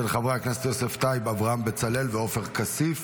של חברי הכנסת יוסף טייב, אברהם בצלאל ועופר כסיף.